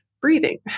breathing